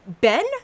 Ben